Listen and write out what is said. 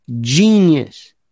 genius